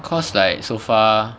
cause like so far